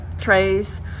trays